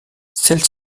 celles